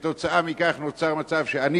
כתוצאה מכך נוצר מצב שאני,